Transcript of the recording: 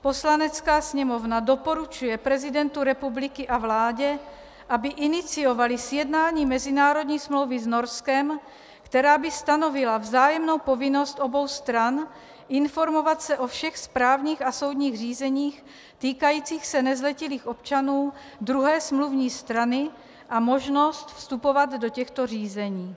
Poslanecká sněmovna doporučuje prezidentu republiky a vládě, aby iniciovali sjednání mezinárodní smlouvy s Norskem, která by stanovila vzájemnou povinnost obou stran informovat se o všech správních a soudních řízeních týkajících se nezletilých občanů druhé smluvní strany a možnost vstupovat do těchto řízení.